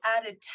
added